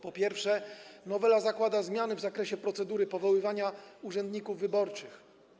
Po pierwsze, nowela zakłada zmiany w zakresie procedury powoływania urzędników wyborczych.